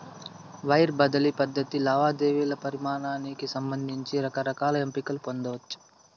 wire బదిలీ పద్ధతి లావాదేవీల పరిమానానికి సంబంధించి రకరకాల ఎంపికలు పొందచ్చు